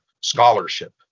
scholarship